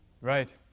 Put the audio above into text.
Right